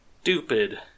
stupid